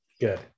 Good